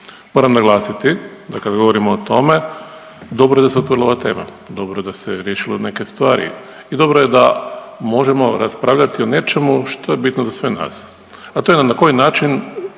Moram naglasiti da kad govorimo o tome, dobro je da se otvorila ova tema, dobro da se riješilo neke stvari i dobro je da možemo raspravljati o nečemu što je bitno za sve nas, a to je na koji način